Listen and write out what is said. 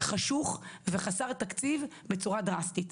חשוך וחסר תקציב בצורה דרסטית.